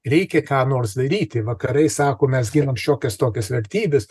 reikia ką nors daryti vakarai sako mes ginam šiokias tokias vertybes